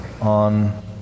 on